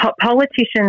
politicians